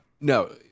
No